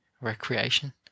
recreation